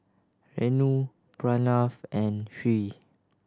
Renu Pranav and Hri